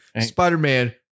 Spider-Man